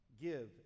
give